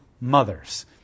mothers